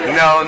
no